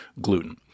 gluten